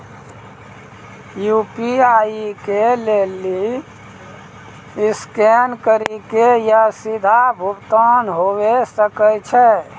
UPI के लेली scan करि के या सीधा भुगतान हुये सकै छै